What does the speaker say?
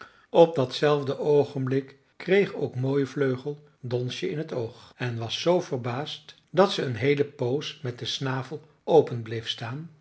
op datzelfde oogenblik kreeg ook mooivleugel donsje in het oog en was zoo verbaasd dat ze een heele poos met den snavel open bleef staan